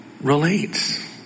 relates